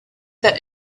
that